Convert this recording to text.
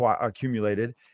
accumulated